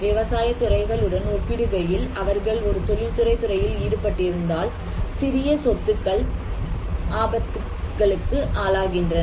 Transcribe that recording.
விவசாயத் துறைகளுடன் ஒப்பிடுகையில் அவர்கள் ஒரு தொழில்துறை துறையில் ஈடுபட்டிருந்தால் சிறிய சொத்துக்கள் ஆபத்துக்களுக்கு ஆளாகின்றன